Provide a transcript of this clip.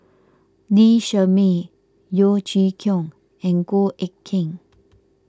Lee Shermay Yeo Chee Kiong and Goh Eck Kheng